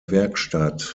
werkstatt